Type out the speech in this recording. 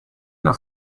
una